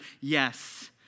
yes